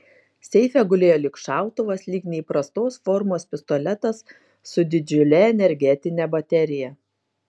seife gulėjo lyg šautuvas lyg neįprastos formos pistoletas su didžiule energetine baterija